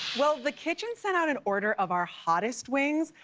well, the kitchen sent out an order of our hottest wings.